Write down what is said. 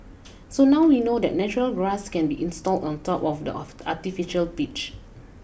so now we know that natural grass can be installed on top of the artificial pitch